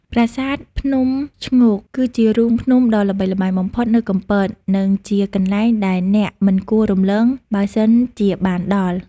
ប្រាសាទភ្នំឈ្ងោក គឺជារូងភ្នំដ៏ល្បីល្បាញបំផុតនៅកំពត និងជាកន្លែងដែលអ្នកមិនគួររំលង បើសិនជាបានដល់។